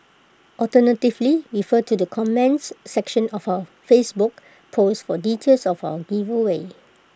alternatively refer to the comments section of our Facebook post for details of our giveaway